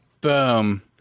boom